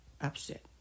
upset